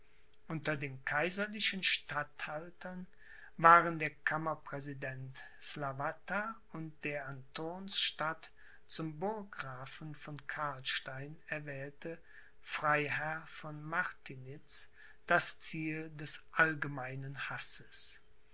unter den kaiserlichen statthaltern waren der kammerpräsident slawata und der an thurns statt zum burggrafen von karlstein erwählte freiherr von martinitz das ziel des allgemeinen hasses